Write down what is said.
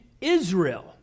Israel